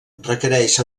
requereix